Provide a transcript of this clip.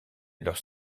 leur